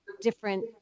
different